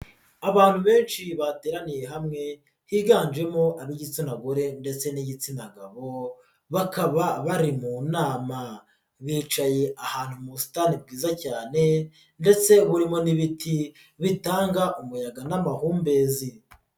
Abantu benshi bateraniye hamwe higanjemo ab'igitsina gore ndetse n'igitsina gabo, bakaba bari mu nama. Bicaye ahantu mu busitani bwiza cyane ndetse burimo n'ibiti bitanga umuyaga n'amahumbezi.